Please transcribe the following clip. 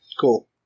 Cool